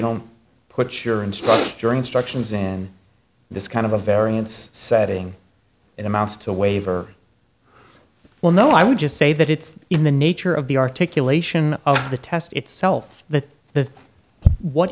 don't put your instruct your instructions in this kind of a variance setting it amounts to a waiver well no i would just say that it's in the nature of the articulation of the test itself that the what